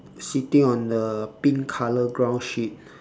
sitting on a pink colour ground sheet